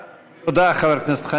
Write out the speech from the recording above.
תודה, חבר הכנסת חנין.